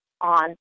on